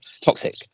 toxic